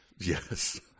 Yes